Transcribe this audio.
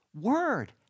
word